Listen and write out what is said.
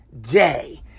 day